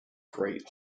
great